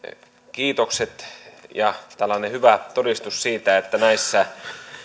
kiitokset ja tällainen on hyvä todistus siitä että näissä